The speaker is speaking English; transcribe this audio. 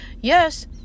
Yes